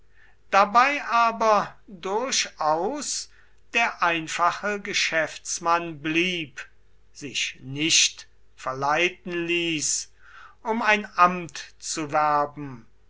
dabei aber durchaus der einfache geschäftsmann blieb sich nicht verleiten ließ um ein amt zu werben